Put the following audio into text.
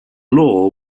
law